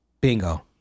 Bingo